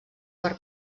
per